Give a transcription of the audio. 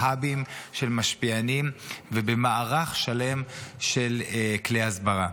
בהאבים של משפיענים ובמערך שלם של כלי הסברה.